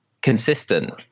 consistent